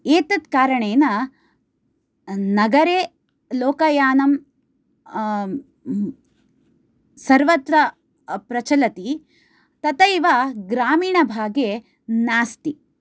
एतत्कारणेन नगरे लोकयानं सर्वत्र प्रचलति तथैव ग्रामीणभागे नास्ति